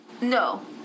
no